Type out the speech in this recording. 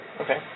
Okay